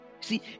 see